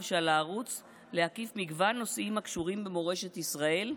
שעל הערוץ להקיף מגוון נושאים הקשורים במורשת ישראל,